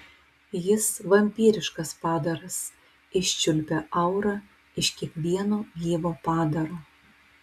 jis vampyriškas padaras iščiulpia aurą iš kiekvieno gyvo padaro